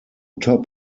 top